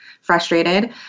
frustrated